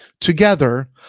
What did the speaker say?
Together